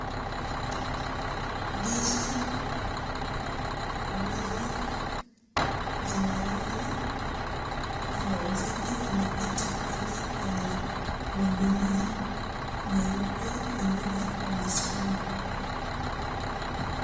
Ndizi ambazo zinauzwa, kuna wauzaji wameketi pale kwenye magunia meupe wengine wamesimama.